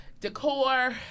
decor